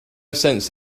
sense